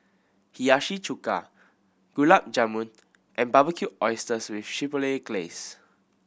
Hiyashi Chuka Gulab Jamun and Barbecued Oysters with Chipotle Glaze